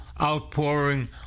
outpouring